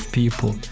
people